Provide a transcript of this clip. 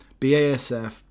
BASF